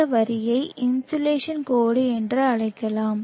இந்த வரியை இன்சோலேஷன் கோடு என்று அழைக்கலாம்